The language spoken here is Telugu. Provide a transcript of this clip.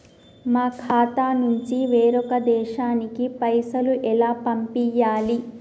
మా ఖాతా నుంచి వేరొక దేశానికి పైసలు ఎలా పంపియ్యాలి?